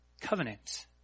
covenant